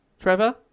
Trevor